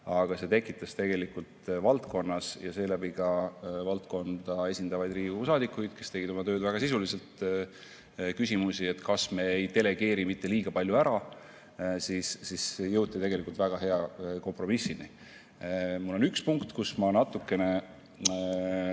aga see tekitas valdkonnas ja seeläbi ka valdkonda esindavates Riigikogu saadikutes, kes tegid oma tööd väga sisuliselt, küsimusi, kas me ei delegeeri mitte liiga palju ära. Nii et jõuti tegelikult väga hea kompromissini. On üks punkt, kus ma olen natukene